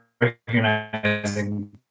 recognizing